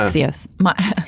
ah yes my